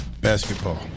basketball